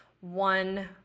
One